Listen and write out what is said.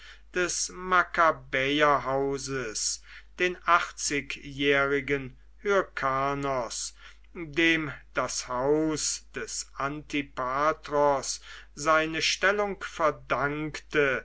des makkabäerhauses den achtzigjährigen hyrkanos dem das haus des antipatros seine stellung verdankte